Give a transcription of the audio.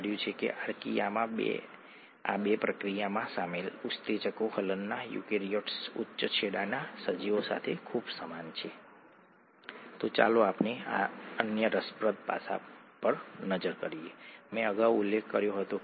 આ વિગતો છે હું આ પ્રારંભિક અભ્યાસક્રમમાં વિગતોમાં આવવા માંગતો નથી જો કે જો તમને રસ હોય તો તમે જાતે જ આમાં પ્રવેશ કરી શકો છો